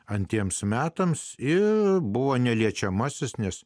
antriems metams ir buvo neliečiamasis nes